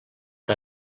que